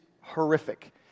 horrific